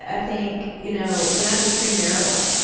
ah think, you know, when i do premarital